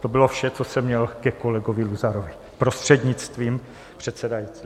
To bylo vše, co jsem měl ke kolegovi Luzarovi, prostřednictvím předsedajícího.